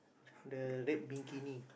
the red bikini